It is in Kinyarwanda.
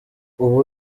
ubu